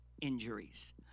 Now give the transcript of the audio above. injuries